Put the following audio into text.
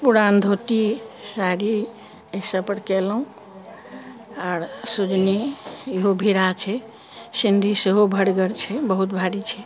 पुरान धोती साड़ी एहि सबपर कयलहुँ आओर सुजनी इहो भिराह छै सिन्धी सेहो भैरगर छै बहुत भारी छै